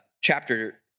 chapter